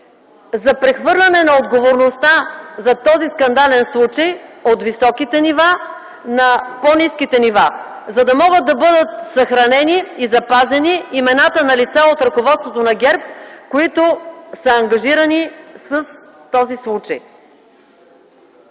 за прехвърляне на отговорността за този скандален случай от високите нива на по-ниските нива, за да могат да бъдат съхранени и запазени имената на лица от ръководството на ГЕРБ, които са ангажирани с този случай.